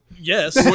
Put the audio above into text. yes